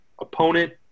opponent